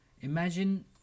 imagine